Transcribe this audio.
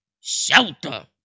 shelter